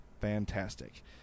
fantastic